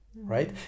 Right